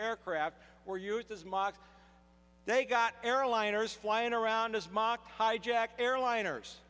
aircraft were used as mock they got airliners flying around as mock hijacked airliners